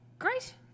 Great